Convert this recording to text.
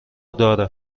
داره